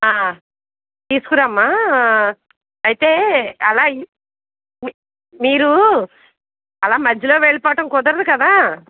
ఆ తీసుకురామ్మా అయితే అలాగ మీరు అలా మధ్యలో వెళ్లిపోవటం కుదరదు కదా